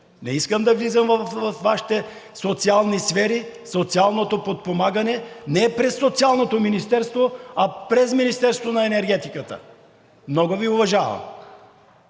Не искам да влизам във Вашите социални сфери. Социалното подпомагане не е през Социалното министерство, а през Министерството на енергетиката. Много Ви уважавам.